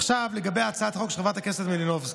עכשיו לגבי הצעת החוק של חברת הכנסת מלינובסקי.